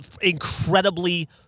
incredibly